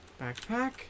Backpack